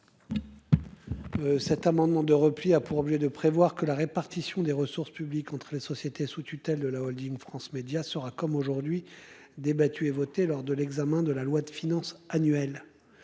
Cet amendement de repli a pour objet de prévoir que la répartition des ressources publiques entre les sociétés sous tutelle de la Holding France Médias sera comme aujourd'hui débattu et voté lors de l'examen de la loi de finances annuelles.